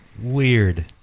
Weird